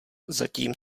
zatím